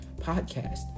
podcast